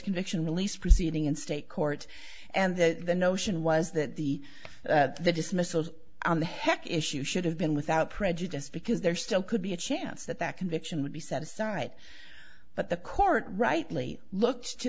conviction released proceeding in state court and the notion was that the the dismissals on the heck issue should have been without prejudice because there still could be a chance that that conviction would be set aside but the court rightly looks to